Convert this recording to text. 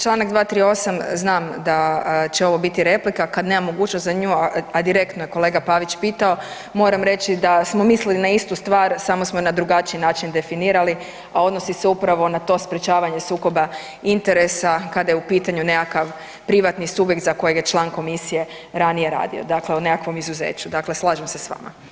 Čl. 238., znam da će ovo biti replika, kad nemam mogućnost za nju, a direktno je kolega Pavić pitao, moram reći da smo mislili na istu stvar samo smo na drugačiji način definirali, a odnosi se upravo na to sprječavanje sukoba interesa kada je u pitanju nekakav privatni subjekt za kojeg je član komisije ranije radio, dakle o nekakvom izuzeću, dakle slažem se s vama.